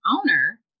owner